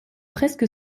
presque